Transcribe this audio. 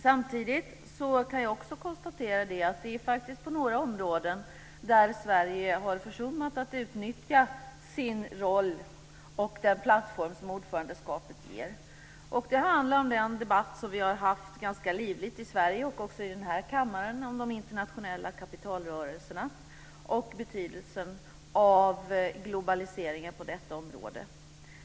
Samtidigt kan jag också notera att Sverige på några områden har försummat att utnyttja sin roll och den plattform som ordförandeskapet ger. Det handlar om den ganska livliga debatt som vi har fört i Sverige, även i den här kammaren, om de internationella kapitalrörelserna och betydelsen av globaliseringen på detta område.